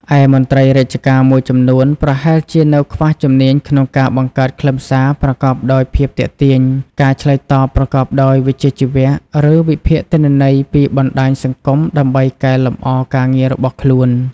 ឯមន្ត្រីរាជការមួយចំនួនប្រហែលជានៅខ្វះជំនាញក្នុងការបង្កើតខ្លឹមសារប្រកបដោយភាពទាក់ទាញ ការឆ្លើយតបប្រកបដោយវិជ្ជាជីវៈ ឬវិភាគទិន្នន័យពីបណ្ដាញសង្គមដើម្បីកែលម្អការងាររបស់ខ្លួន។